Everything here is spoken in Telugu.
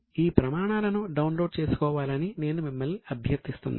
ఈ ప్రమాణాలను డౌన్లోడ్ చేసుకోవాలని నేను మిమ్మల్ని అభ్యర్థిస్తున్నాను